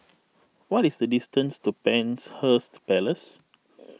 what is the distance to Penshurst Place